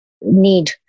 need